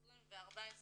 20 ו-14 משתתפים.